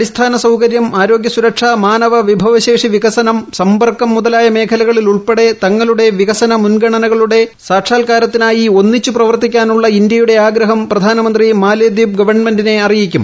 അടിസ്ഥാന സൌകര്യം ആരോഗ്യസുരക്ഷ മാനവവിഭവശേഷി വികസനം സമ്പർക്കം മുതലായ മേഖലകളിലുൾപ്പെടെ തങ്ങളുടെ വികസന മുൻഗണനകളുടെ സാക്ഷാൽക്കാരത്തിനായി ഒന്നിച്ചു പ്രവർത്തിക്കാനുള്ള ഇന്ത്യയുടെ ആഗ്രഹം പ്രധാനമന്ത്രി മാലെദ്വീപ് ഗവൺമെന്റിനെ അറിയിക്കും